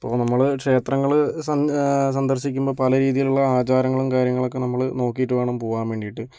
അപ്പോൾ നമ്മള് ക്ഷേത്രങ്ങള് സന്ദ സന്ദർശിക്കുമ്പം പല രീതിയിലുള്ള ആചാരങ്ങളും കാര്യങ്ങളുമൊക്കെ നമ്മള് നോക്കിയിട്ട് വേണം പോകാൻ വേണ്ടിയിട്ട്